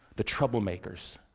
the troublemakers,